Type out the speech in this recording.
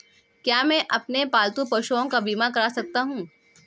क्या मैं अपने पालतू पशुओं का बीमा करवा सकता हूं?